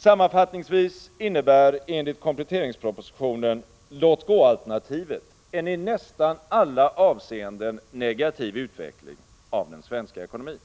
Sammanfattningsvis innebär enligt kompletteringspropositionen ”låtgå-alternativet” en i nästan alla avseenden negativ utveckling av den svenska ekonomin.